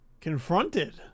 confronted